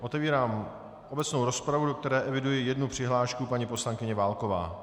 Otevírám obecnou rozpravu, do které eviduji jednu přihlášku paní poslankyně Válkové.